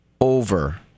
over